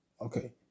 Okay